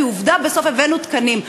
כי עובדה שבסוף הבאנו תקנים,